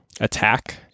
attack